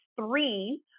three